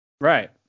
Right